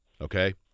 okay